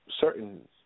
certain